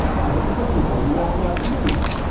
i have been looking for you all the afternoon.